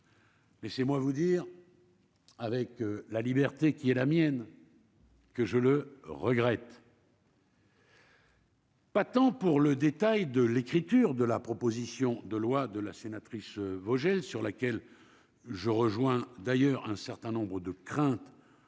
Mais chez moi vous dire. Avec la liberté qui est la mienne. Que je le regrette. Pas tant pour le détail de l'écriture de la proposition de loi de la sénatrice Vogel sur laquelle je rejoins d'ailleurs un certain nombre de crainte